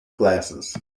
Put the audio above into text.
glasses